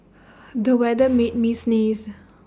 the weather made me sneeze